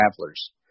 travelers